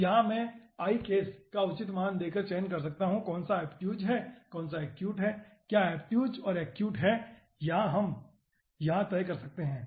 तो यहां मैं i case का उचित मान देकर चयन कर सकता हूं कौन सा ओब्ट्युज है कौन सा एक्यूट हैं क्या ऑब्टयूज़ और एक्यूट है यह हम यहां तय कर सकते हैं